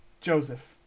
Joseph